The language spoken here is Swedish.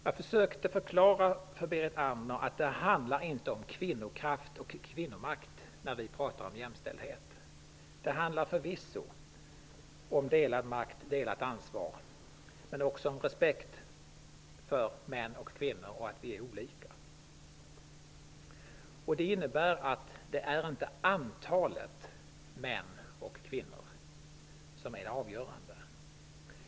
Jag försökte förklara för Berit Andnor att det handlar inte om kvinnokraft och kvinnomakt när vi pratar om jämställdhet. Det handlar förvisso om delad makt och delat ansvar, men också om respekt för män och kvinnor och att de är olika. Det är inte antalet män och kvinnor som är det avgörande.